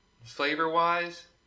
Flavor-wise